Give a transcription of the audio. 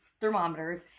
thermometers